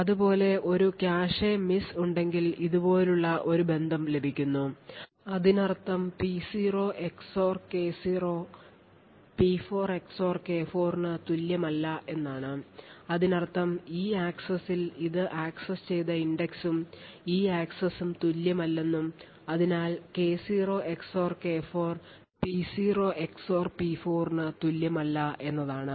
അതുപോലെ ഒരു cache miss ഉണ്ടെങ്കിൽ ഇതുപോലുള്ള ഒരു ബന്ധം ലഭിക്കുന്നു അതിനർത്ഥം P0 XOR K0 P4 XOR K4 ന് തുല്യമല്ല എന്നാണ് അതിനർത്ഥം ഈ ആക്സസ്സിൽ ഇത് ആക്സസ് ചെയ്ത index ഉം ഈ ആക്സസും തുല്യമല്ലെന്നും അതിനാൽ K0 XOR K4 P0 XOR P4 ന് തുല്യമല്ല എന്നതാണ്